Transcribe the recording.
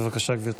בבקשה, גברתי.